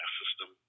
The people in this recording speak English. system